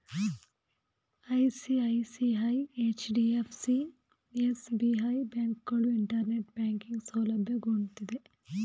ICICI, HDFC, SBI, ಬ್ಯಾಂಕುಗಳು internet banking ಸೌಲಭ್ಯ ಕೊಡ್ತಿದ್ದೆ